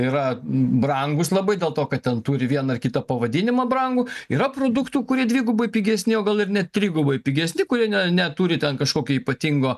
yra brangūs labai dėl to kad ten turi vieną ar kitą pavadinimą brangų yra produktų kurie dvigubai pigesni o gal ir net trigubai pigesni kurie neturi ten kažkokio ypatingo